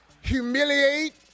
humiliate